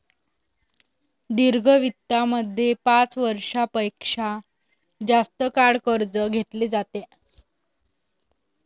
दीर्घ वित्तामध्ये पाच वर्षां पेक्षा जास्त काळ कर्ज घेतले जाते